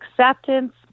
acceptance